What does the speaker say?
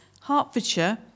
Hertfordshire